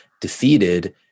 defeated